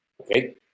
Okay